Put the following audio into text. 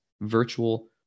virtual